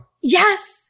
Yes